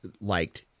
liked